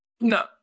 No